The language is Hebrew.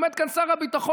עומד כאן שר הביטחון,